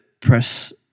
press